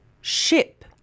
ship